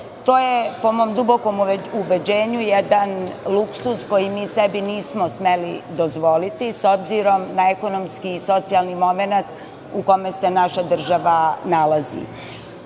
To je po mom dubokom ubeđenju jedan luksuz koji mi sebi nismo smeli dozvoliti, s obzirom na ekonomski i socijalni momenat u kome se naša država nalazi. Takođe